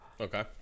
okay